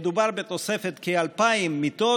מדובר בתוספת של כ-2,000 מיטות,